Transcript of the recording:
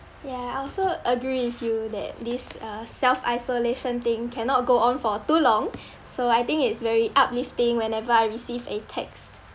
ya I also agree with you that this uh self-isolation thing cannot go on for too long so I think it's very uplifting whenever I receive a text